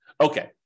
Okay